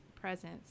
presence